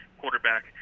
quarterback